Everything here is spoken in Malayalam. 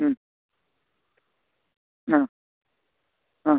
ആ ആ